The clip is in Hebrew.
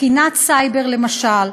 תקינת סייבר למשל.